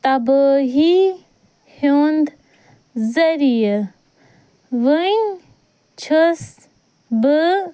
تبٲہی ہیٛونٛد ذریعہِ وۄنۍ چھیٚس بہٕ